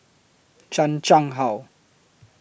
Chan Chang How